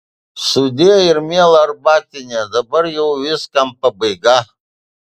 sudie ir miela arbatine dabar jau viskam pabaiga